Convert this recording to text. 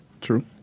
True